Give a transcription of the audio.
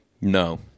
No